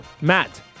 Matt